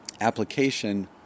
application